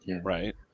right